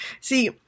See